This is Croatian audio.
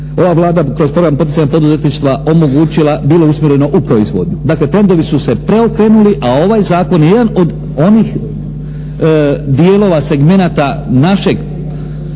ova Vlada kroz program poticanja poduzetništva omogućila bilo usmjereno u proizvodnju. Dakle trendovi su se preokrenuli, a ovaj zakon je jedan od onih dijelova segmenata našeg